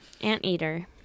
anteater